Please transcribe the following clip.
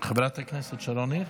חברת הכנסת שרון ניר,